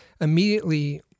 immediately